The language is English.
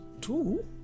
two